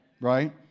right